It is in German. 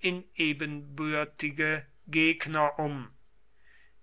in ebenbürtige gegner um